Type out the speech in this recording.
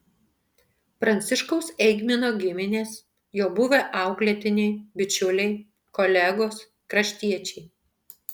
pranciškaus eigmino giminės jo buvę auklėtiniai bičiuliai kolegos kraštiečiai